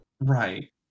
Right